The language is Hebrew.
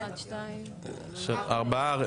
ארבעה.